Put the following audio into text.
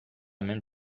même